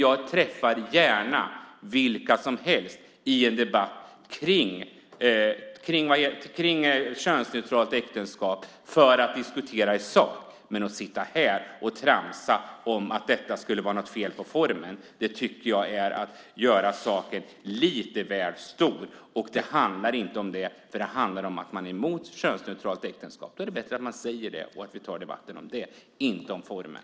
Jag träffar gärna vilka som helst i en debatt om könsneutralt äktenskap för att diskutera i sak, men att sitta här och tramsa och säga att det är fel på formen är att göra det hela lite väl stort. Det handlar inte om formen utan om att man är emot könsneutralt äktenskap. Då är det bättre att man säger det och att vi tar debatten om det och inte om formen.